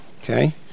Okay